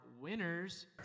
Winners